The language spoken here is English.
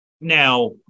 Now